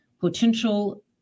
potential